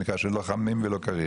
שלא חמים ולא קריר.